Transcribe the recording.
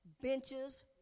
benches